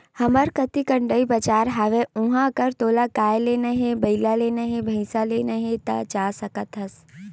हमर कती गंड़ई बजार हवय उहाँ अगर तोला गाय लेना हे, बइला लेना हे, भइसा लेना हे ता जा सकत हस